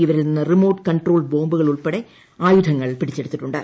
ഇവരിൽ നിന്ന് remote controlled ബോംബുകളുൾപ്പെടെ ആയുധങ്ങൾ പിടിച്ചെടുത്തിട്ടുണ്ട്